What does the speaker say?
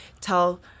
tell